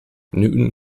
newton